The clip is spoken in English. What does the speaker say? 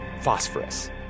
Phosphorus